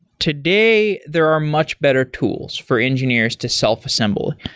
today, there are much better tools for engineers to self-assemble.